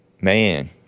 Man